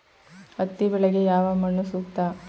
ಹತ್ತಿ ಬೆಳೆಗೆ ಯಾವ ಮಣ್ಣು ಸೂಕ್ತ?